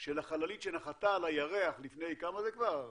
של החללית שנחתה על הירח לפני 40 שנה, כמה זה כבר?